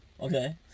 okay